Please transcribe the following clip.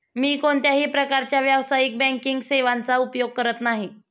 मी कोणत्याही प्रकारच्या व्यावसायिक बँकिंग सेवांचा उपयोग करत नाही